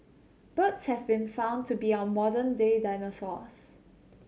birds have been found to be our modern day dinosaurs